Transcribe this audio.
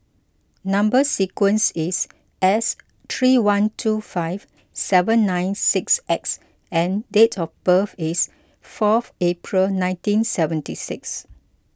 Number Sequence is S three one two five seven nine six X and date of birth is fourth April nineteen seventy six